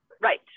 Right